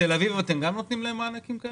גם לתל-אביב אתם נותנים מענקים כאלה?